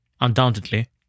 undoubtedly